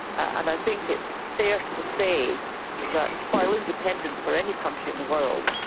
and i think it's fair to say that while independence for any country in the world,